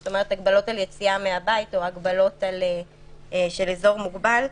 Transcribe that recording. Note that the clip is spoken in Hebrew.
זאת אומרת הגבלות על יציאה מהבית או הגבלות של אזור מוגבל,